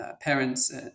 parents